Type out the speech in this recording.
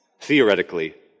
theoretically